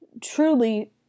truly